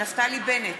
נפתלי בנט,